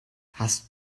hast